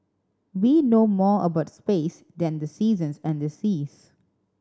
we know more about space than the seasons and the seas